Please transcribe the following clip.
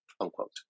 unquote